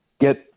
get